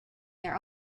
their